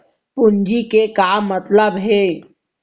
पूंजी के का मतलब हे?